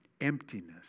emptiness